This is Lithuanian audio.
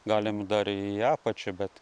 galima dar į apačią bet